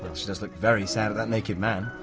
she does look very sad at that naked man.